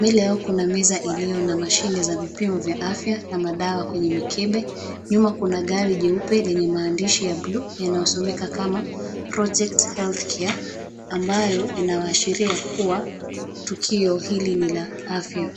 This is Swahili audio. Mbele yao kuna meza iliyo na mashine za vipimo vya afya na madawa kwenye mikebe. Nyuma kuna gari jeupe lenye maandishi ya blue yanayosomeka kama project health care ambayo inawashiria kuwa tukio hili ni la afya.